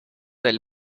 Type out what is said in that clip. del